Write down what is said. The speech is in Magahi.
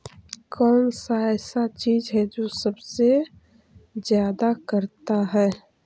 कौन सा ऐसा चीज है जो सबसे ज्यादा करता है?